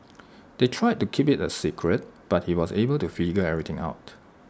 they tried to keep IT A secret but he was able to figure everything out